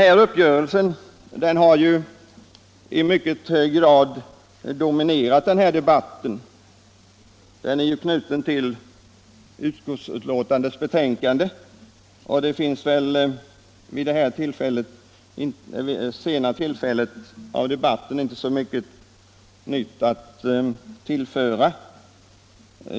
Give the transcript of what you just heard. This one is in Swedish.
Skatteuppgörelsen har i mycket hög grad dominerat denna debatt. Den är knuten till utskottets betänkande, och det finns vid detta sena skede i debatten inte så mycket nytt att tillföra.